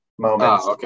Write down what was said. moments